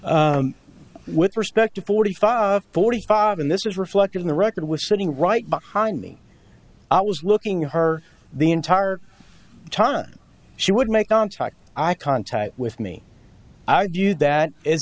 with respect to forty five forty five and this is reflected in the record was sitting right behind me i was looking at her the entire time she would make contact i contact with me argued that i